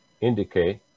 indicate